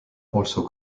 also